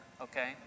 okay